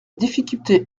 difficulté